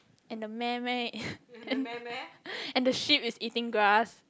and the meh meh and the sheep is eating grass